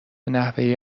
نحوه